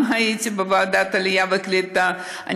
גם הייתי בוועדת העלייה והקליטה,